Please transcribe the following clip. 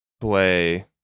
play